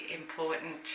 important